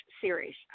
series